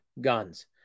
guns